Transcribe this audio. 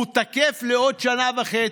הוא תקף לעוד שנה וחצי.